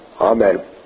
Amen